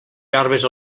garbes